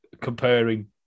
Comparing